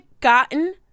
gotten